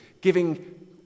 giving